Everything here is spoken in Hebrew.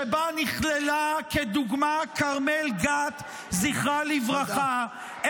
שבה נכללה, לדוגמה, כרמל גת, זכרה לברכה?